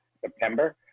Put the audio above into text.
September